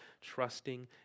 trusting